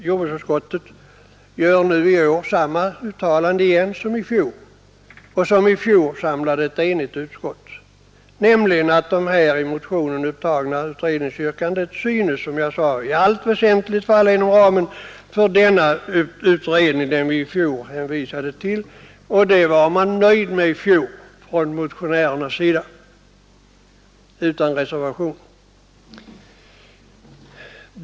Jordbruksutskottet gör i år samma uttalande som i fjol, vilket då samlade ett enigt utskott, nämligen att det i motionen upptagna utredningsyrkandet i allt väsentligt synes falla inom ramen för den utredning som vi i fjol hänvisade till. Motionärerna var då nöjda med detta och reserverade sig inte.